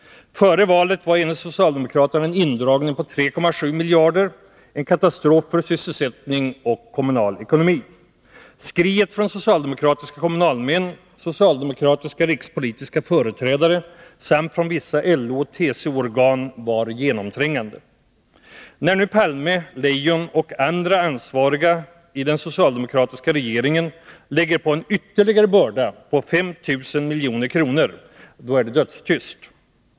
Före valet var enligt socialdemokraterna en indragning på 3,7 miljarder en katastrof för sysselsättning och kommunal ekonomi. Skriet från socialdemokratiska kommunalmän, socialdemokratiska rikspolitiska företrädare samt från vissa LO och TCO-organ var genomträngande. När nu Olof Palme, Anna-Greta Leijon och andra ansvariga i den socialdemokratiska regeringen lägger på en ytterligare börda på 5 000 milj.kr., då är det dödstyst.